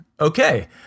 okay